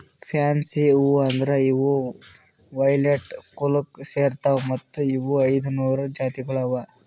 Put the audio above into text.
fancy ಹೂವು ಅಂದುರ್ ಇವು ವೈಲೆಟ್ ಕುಲಕ್ ಸೇರ್ತಾವ್ ಮತ್ತ ಇವು ಐದ ನೂರು ಜಾತಿಗೊಳ್ ಅವಾ